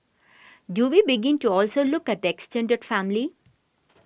do we begin to also look at the extended family